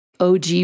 OG